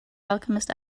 alchemist